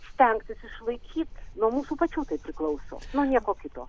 stengsis išlaikyt nuo mūsų pačių tai priklauso nuo nieko kito